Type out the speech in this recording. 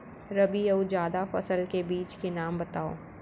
रबि अऊ जादा फसल के बीज के नाम बताव?